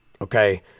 Okay